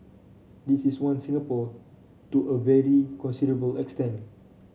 this is one Singapore to a very considerable extent